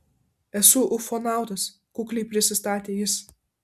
esu ufonautas kukliai prisistatė jis